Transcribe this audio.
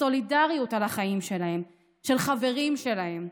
בסולידריות, על החיים שלהם, של חברים שלהם,